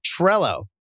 Trello